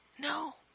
No